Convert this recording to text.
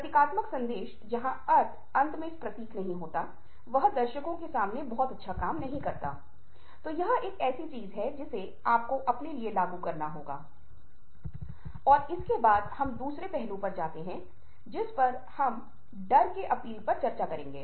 रक्षात्मक गैर रक्षात्मक अब बहुत बार जब हम सुन रहे होते हैं तो रक्षात्मक होने की प्रवृत्ति होती है जहां कभी हमारे बारे में बातें बताई जाती हैं जो महत्वपूर्ण हैं हम रक्षात्मक हो जाते हैं